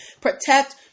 protect